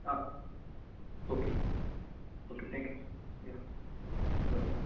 आं okay okay thank you या बरें बाय